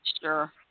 Sure